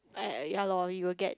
uh ya lor you will get